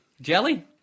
Jelly